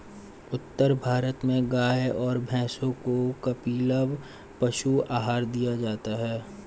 उत्तर भारत में गाय और भैंसों को कपिला पशु आहार दिया जाता है